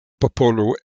popolo